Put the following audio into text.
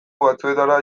batzuetara